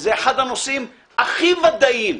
וזה אחד הנושאים הכי ודאיים,